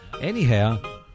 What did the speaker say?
Anyhow